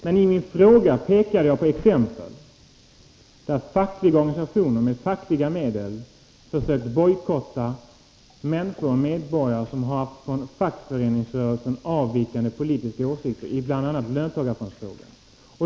Men i min fråga pekar jag på exempel där fackliga organisationer med fackliga medel försökt bojkotta medborgare som haft från fackföreningsrörelsen avvikande politiska åsikter, bl.a. i löntagarfondsfrågan.